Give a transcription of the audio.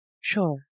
Sure